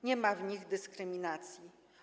Nie ma w nich dyskryminacji.